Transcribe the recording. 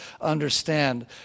understand